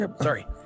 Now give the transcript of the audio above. Sorry